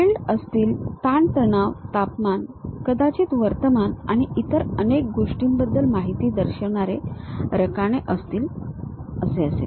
field असतील ताण तणाव तापमान कदाचित वर्तमान आणि इतर अनेक गोष्टींबद्दल माहिती दर्शविणारे रकाने असतील असेल